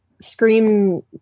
Scream